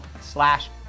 slash